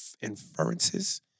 inferences